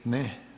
Ne.